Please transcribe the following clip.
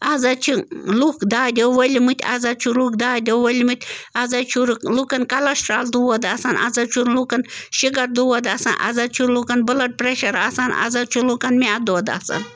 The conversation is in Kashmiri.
آز حظ چھِ لُکھ دادیو ؤلۍمٕتۍ آز حظ چھِ لُکھ دادیو ؤلۍمٕتۍ آز حظ چھِ رُ لُکَن کَلَسٹرٛال دود آسان آز حظ چھُ لوٗکَن شُگر دود آسان آز حظ چھِ لوٗکَن بٕلَڈ پرٛیٚشَر آسان آز حظ چھِ لوٗکَن میٛادٕ دود آسان